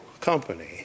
company